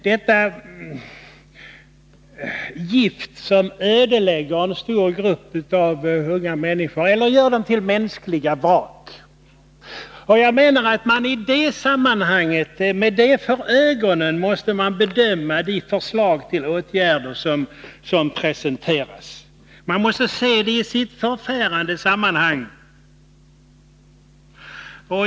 Detta gift ödelägger en stor grupp av unga människors liv eller gör dem till människovrak. Med detta för ögonen måste man bedöma de förslag till åtgärder som presenteras. Man måste se frågan i sitt förfärande sammanhang.